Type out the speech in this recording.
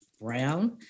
brown